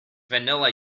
vanilla